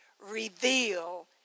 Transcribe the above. reveal